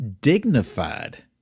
dignified